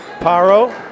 Paro